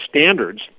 standards